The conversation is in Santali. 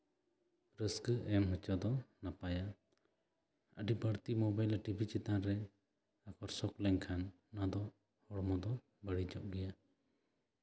ᱨᱟᱹᱥᱠᱟᱹ ᱮᱢ ᱦᱚᱪᱚ ᱫᱚ ᱱᱟᱯᱟᱭᱟ ᱟᱹᱰᱤ ᱵᱟᱹᱲᱛᱤ ᱢᱳᱵᱟᱭᱤᱞ ᱟᱨ ᱴᱤᱵᱷᱤ ᱪᱮᱛᱟᱱ ᱨᱮ ᱟᱨ ᱠᱚ ᱥᱩᱠ ᱞᱮᱱᱠᱷᱟᱱ ᱚᱱᱟ ᱫᱚ ᱦᱚᱲᱢᱚ ᱫᱚ ᱵᱟᱹᱲᱤᱡᱚᱜ ᱜᱮᱭᱟ